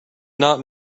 not